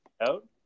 out